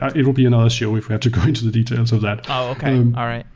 ah it will be another show if we have to go into the details of that. oh, okay. all right.